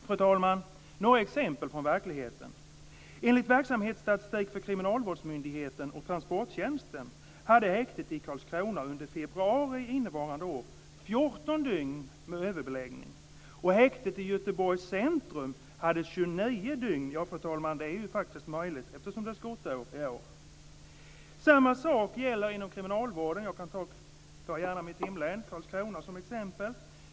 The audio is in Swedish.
Fru talman! Jag har några exempel från verkligheten. Enligt verksamhetsstatistik för kriminalvårdsmyndigheten och transporttjänsten hade häktet i Karlskrona under februari innevarande år 14 dygn med överbeläggning, och häktet i Göteborgs centrum hade 29 dygn med överbeläggning. Fru talman! Det är ju faktiskt möjligt, eftersom det är skottår i år. Samma sak gäller inom kriminalvården. Jag tar gärna mitt hemlän Karlskrona som exempel.